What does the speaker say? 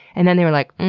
and then they were like,